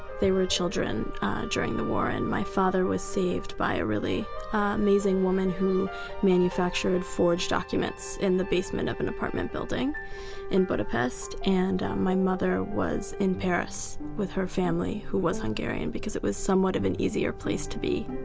they were children during the war, and my father was saved by a really amazing woman who manufactured forged documents in the basement of an apartment building in budapest. and my mother was in paris with her family who was hungarian because it was somewhat of an easier place to be